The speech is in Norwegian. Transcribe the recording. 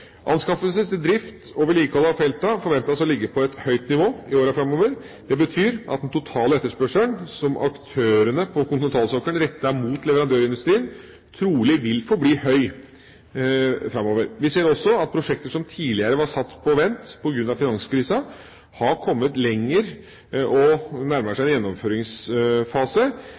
til drift og vedlikehold av feltene forventes å ligge på et høyt nivå i årene framover. Det betyr at den totale etterspørselen som aktørene på kontinentalsokkelen retter mot leverandørindustrien, trolig vil forbli høy framover. Vi ser også at prosjekter som tidligere var satt på vent på grunn av finanskrisa, har kommet lenger og nærmer seg gjennomføringsfase,